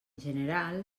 general